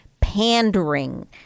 pandering